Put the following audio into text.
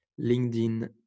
LinkedIn